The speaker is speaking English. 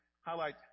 highlight